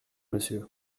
monsieur